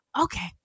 Okay